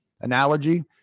analogy